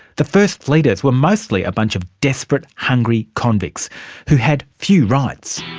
the first fleeters were mostly a bunch of desperate, hungery convicts who had few rights.